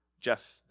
Jeff